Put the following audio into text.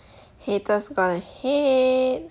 haters gonna hate